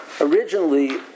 originally